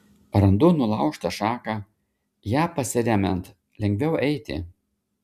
randu nulaužtą šaką ja pasiremiant lengviau eiti